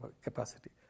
capacity